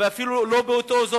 ואפילו לא באותו אזור,